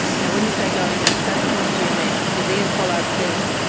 yeah when you say going insane, what do you mean? because ean pollard says,